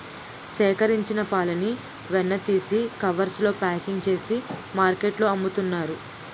సేకరించిన పాలని వెన్న తీసి కవర్స్ లో ప్యాకింగ్ చేసి మార్కెట్లో అమ్ముతున్నారు